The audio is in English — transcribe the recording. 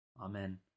Amen